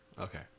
Okay